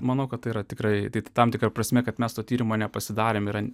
manau kad tai yra tikrai tik tam tikra prasme kad mes to tyrimo nepasidarėm yra